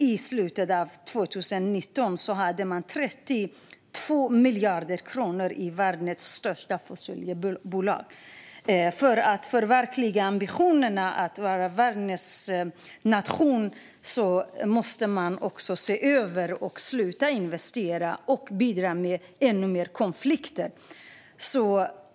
I slutet av 2019 hade de 32 miljarder kronor i världens största fossila bolag. Om Sverige ska förverkliga ambitionen att bli världens första fossilfria välfärdsnation måste detta ses över. Fonderna måste sluta med sådana investeringar och sluta bidra till ännu mer konflikter.